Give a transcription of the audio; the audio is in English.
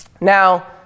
Now